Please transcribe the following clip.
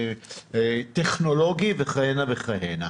טכנולוגיה וכהנה וכהנה.